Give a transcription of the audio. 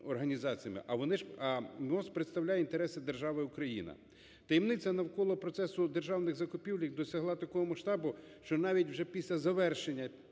а МОЗ представляє інтереси держави Україна? Таємниця навколо процесу державних закупівель досягла такого масштабу, що навіть вже після завершення